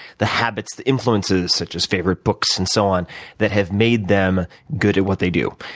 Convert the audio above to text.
the habits, the influences such as favorite books and so on that have made them good at what they do.